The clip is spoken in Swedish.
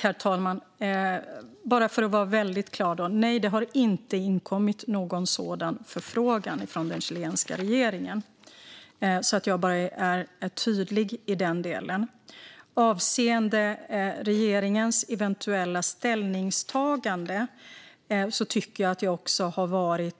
Herr talman! Låt mig vara väldigt tydlig: Nej, det har inte inkommit någon sådan förfrågan från den chilenska regeringen. Avseende regeringens eventuella ställningstagande anser jag att jag var